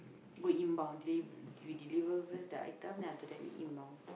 go inbound deliv~ we deliver first the item then after that we inbound